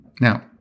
Now